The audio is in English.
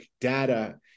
data